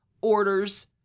orders